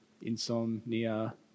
insomnia